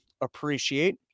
appreciate